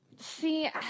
See